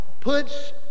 puts